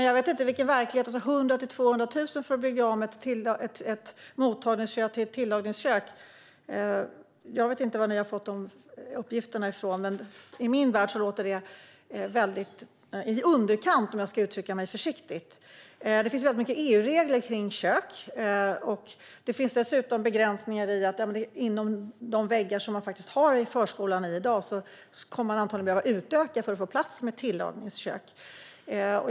Jag vet inte vilken verklighet som Stefan Jakobsson lever i, och jag vet inte varifrån ni har fått uppgifterna om att det kostar 100 000-200 000 att bygga om ett mottagningskök till ett tillagningskök. I min värld låter det i underkant, om jag uttrycker mig försiktigt. Det finns många EU-regler i fråga om kök, och det finns dessutom begränsningar inom de väggar som finns i en förskola. Man skulle antagligen behöva utöka för att få plats med ett tillagningskök.